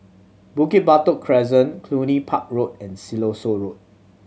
Bukit Batok Crescent Cluny Park Road and Siloso Road